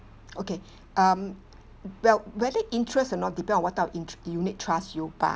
okay um well whether interest or not depend on what type of intere~ unit trust you buy